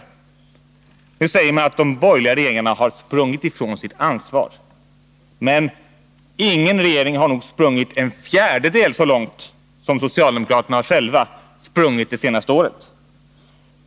Nu säger man att de borgerliga regeringarna har sprungit ifrån sitt ansvar. Men ingen regering har nog sprungit en fjärdedel så långt som socialdemokraterna själva har sprungit det senaste året.